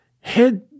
head